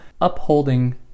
upholding